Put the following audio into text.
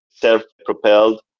self-propelled